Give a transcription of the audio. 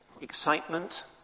excitement